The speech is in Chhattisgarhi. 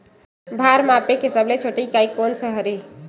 भार मापे के सबले छोटे इकाई कोन सा हरे?